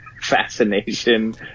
fascination